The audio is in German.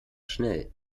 schnell